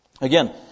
Again